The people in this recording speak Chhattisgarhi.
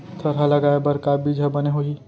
थरहा लगाए बर का बीज हा बने होही?